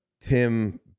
tim